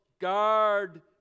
guard